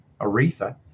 Aretha